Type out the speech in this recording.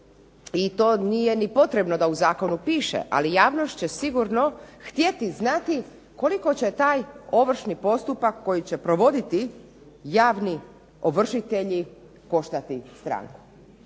i to nije ni potrebno da u zakonu piše, ali javnost će sigurno htjeti znati koliko će taj ovršni postupak koji će provoditi javni ovršitelji koštati stranku.